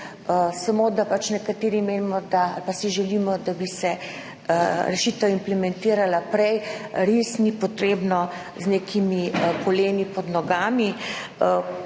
samo da pač nekateri menimo ali pa si želimo, da bi se rešitev implementirala prej, res ni potrebno z nekimi poleni pod nogami,